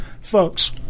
Folks